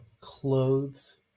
clothes